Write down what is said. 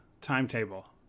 timetable